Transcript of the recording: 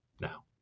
now